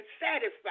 satisfied